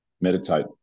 meditate